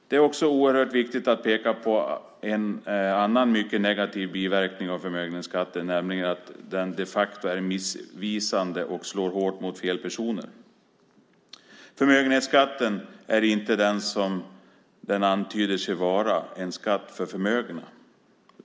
Det är också oerhört viktigt att peka på en annan mycket negativ biverkning av förmögenhetsskatten, nämligen att den de facto är missvisande och slår hårt mot fel personer. Förmögenhetsskatten är inte, som namnet antyder, en skatt för förmögna.